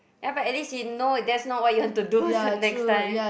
ya but at least you know there's not what you have to do the next time